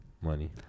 money